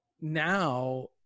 now